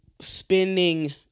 spinning